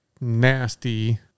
nasty